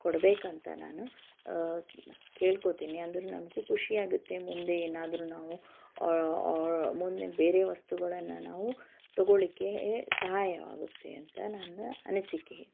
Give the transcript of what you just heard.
ಕೊಡಬೇಕಂತ ನಾನು ಕೇಳ್ಕೋತೀನಿ ಅಂದರೂ ನನಗೂ ಖುಷಿಯಾಗುತ್ತೆ ಮುಂದೆ ಏನಾದರೂ ನಾವು ಮುಂದೆ ಬೇರೆ ವಸ್ತುಗಳನ್ನು ನಾವು ತೊಗೊಳ್ಳಿಕ್ಕೆ ಸಹಾಯವಾಗುತ್ತೆ ಅಂತ ನನ್ನ ಅನಿಸಿಕೆ ಇದು